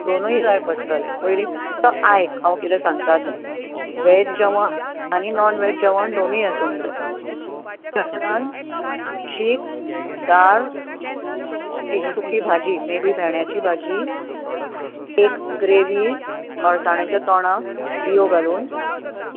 दोनूय जाय पडटले पयली आयक हांव कितें सांगतां तें वेज जेवण आनी नोन वेज जेवण दोनूय आसूंक जाय वेजान जेवणान शीत दाळ एक सुकी भाजी मे बी भेण्यांची भाजी एक ग्रेवी अळसाण्यांचे तोणांक बियो घालून